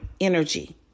energy